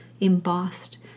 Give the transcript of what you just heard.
embossed